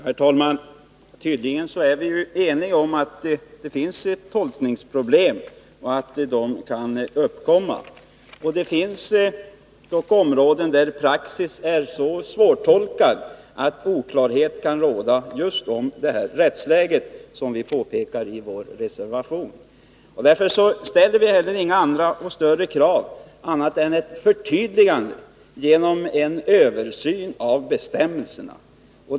Herr talman! Tydligen är vi eniga om att det finns ett tolkningsproblem och att sådana kan uppkomma. Det finns dock områden där praxis är så svårtolkad att oklarhet kan råda just om rättsläget, som vi påpekar i reservationen. Därför har vi inget annat krav än ett förtydligande genom en översyn av bestämmelserna.